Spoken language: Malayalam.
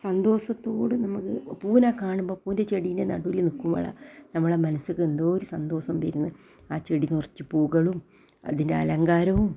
സന്തോഷത്തോടെ നമുക്ക് പൂവിനെ കാണുമ്പോൾ പൂവിൻ്റെ ചെടിനേ നടുവിൽ നിൽക്കുമ്പോൾ നമ്മളെ മനസ്ക്ക് എന്തോ ഒരു സന്തോഷം വരുന്നു ആ ചെടി കുറച്ച് പൂക്കളും അതിൻ്റെ അലങ്കാരവും